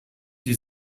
die